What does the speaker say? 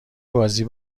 بازی